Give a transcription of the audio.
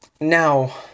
Now